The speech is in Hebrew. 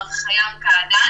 מר חיאם קעדאן,